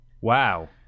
Wow